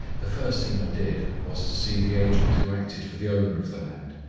the first thing i did was, to see the agent who acted for the owner of the land,